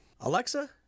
Alexa